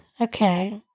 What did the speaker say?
Okay